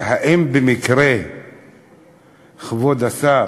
האם במקרה כבוד השר